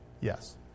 yes